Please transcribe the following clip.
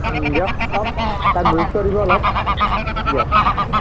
দিয়ক অলপ তাক গুৰুত্ব দিব অলপ দিয়ক